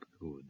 good